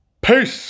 Peace